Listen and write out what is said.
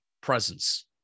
presence